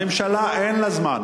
הממשלה, אין לה זמן.